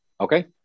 okay